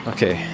Okay